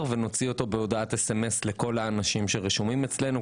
ונוציא אותו בהודעת סמס לכל האנשים שרשומים אצלנו,